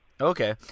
Okay